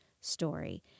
story